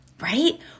right